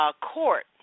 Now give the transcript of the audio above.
court